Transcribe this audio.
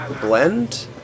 blend